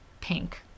Pink